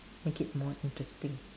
make it more interesting